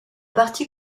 parti